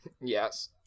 Yes